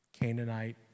Canaanite